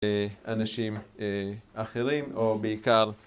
‫לאנשים אחרים, או בעיקר...